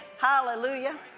Hallelujah